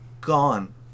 Gone